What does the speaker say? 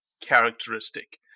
characteristic